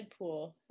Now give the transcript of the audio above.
deadpool